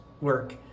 work